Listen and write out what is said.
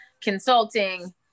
consulting